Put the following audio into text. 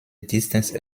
distance